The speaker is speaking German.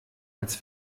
als